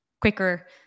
quicker